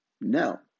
No